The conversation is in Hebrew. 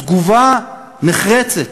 תגובה נחרצת.